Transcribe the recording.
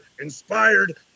inspired